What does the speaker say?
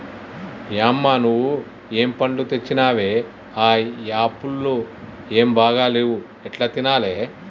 యమ్మ నువ్వు ఏం పండ్లు తెచ్చినవే ఆ యాపుళ్లు ఏం బాగా లేవు ఎట్లా తినాలే